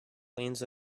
leans